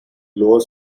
lower